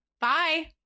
Bye